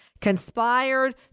conspired